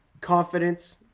confidence